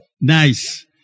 Nice